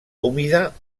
humida